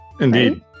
Indeed